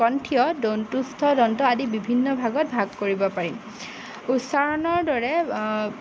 কণ্ঠীয় দন্তুস্থ দন্তীয় আদি বিভিন্ন ভাগত ভাগ কৰিব পাৰি উচ্চাৰণৰ দৰে